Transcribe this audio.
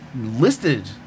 listed